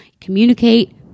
communicate